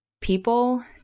people